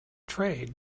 trade